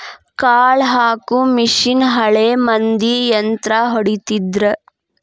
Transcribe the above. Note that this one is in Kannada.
ಕಾಳ ಹಾಕು ಮಿಷನ್ ಹಳೆ ಮಂದಿ ಯಂತ್ರಾ ಹೊಡಿತಿದ್ರ